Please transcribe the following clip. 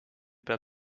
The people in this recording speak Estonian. peab